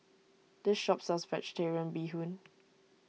this shop sells Vegetarian Bee Hoon